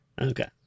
Okay